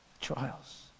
Trials